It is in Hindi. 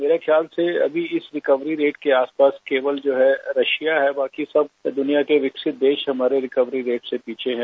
मेरे ख्याल से अभी इस रिकवरी रेट के आसपास केवल जो है एशिया है बाकी सब दुनिया के सब विकसित देश हमारे रिकवरी रेट से पीछे हैं